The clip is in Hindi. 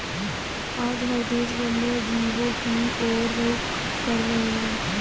आज हर देश वन्य जीवों की और रुख कर रहे हैं